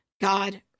god